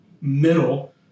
middle